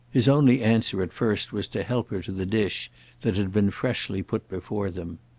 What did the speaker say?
his only answer at first was to help her to the dish that had been freshly put before them.